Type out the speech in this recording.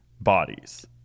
bodies